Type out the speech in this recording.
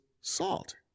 salt